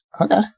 Okay